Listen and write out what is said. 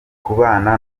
kubana